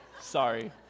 Sorry